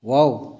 wow